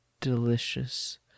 delicious